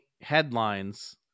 headlines